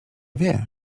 wie